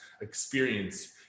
experience